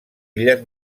illes